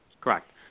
Correct